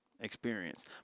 experience